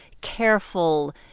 careful